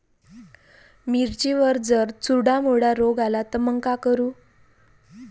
मिर्चीवर जर चुर्डा मुर्डा रोग आला त मंग का करू?